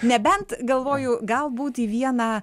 nebent galvoju galbūt į vieną